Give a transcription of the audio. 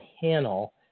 panel